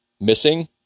missing